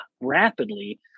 rapidly